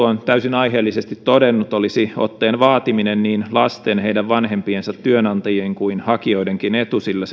on täysin aiheellisesti todennut olisi otteen vaatiminen niin lasten heidän vanhempiensa työnantajien kuin hakijoidenkin etu sillä